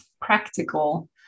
practical